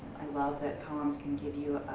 i love that poems can give you a,